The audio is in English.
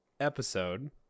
episode